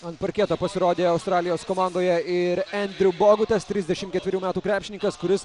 ant parketo pasirodė australijos komandoje ir andriu bogutas trisdešim keturių metų krepšininkas kuris